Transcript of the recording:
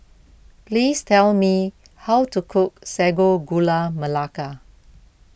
please tell me how to cook Sago Gula Melaka